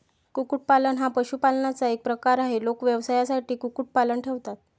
कुक्कुटपालन हा पशुपालनाचा एक प्रकार आहे, लोक व्यवसायासाठी कुक्कुटपालन ठेवतात